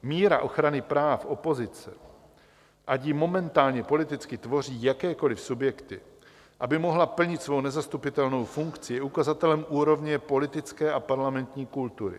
Míra ochrany práv opozice, ať ji momentálně politicky tvoří jakékoliv subjekty, aby mohla plnit svou nezastupitelnou funkci, je ukazatelem úrovně politické a parlamentní kultury.